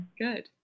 Good